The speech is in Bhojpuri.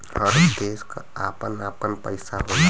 हर देश क आपन आपन पइसा होला